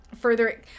further